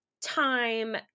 time